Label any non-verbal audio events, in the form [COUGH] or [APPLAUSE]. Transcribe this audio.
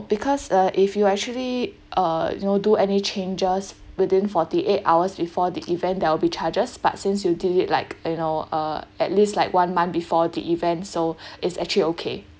because uh if you actually err you know do any changes within forty eight hours before the event there will be charges but since you did it like you know uh at least like one month before the event so [BREATH] it's actually okay